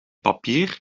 papier